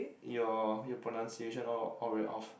your your pronunciation all all very off